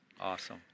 Awesome